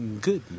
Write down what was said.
Good